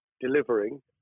delivering